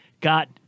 got